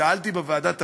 שאלתי בוועדת הפנים: